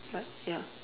but ya